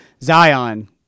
Zion